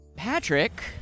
Patrick